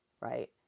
right